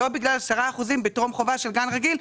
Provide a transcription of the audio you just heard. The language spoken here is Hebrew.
לא בגלל 10% בטרום חובה של גן רגיל,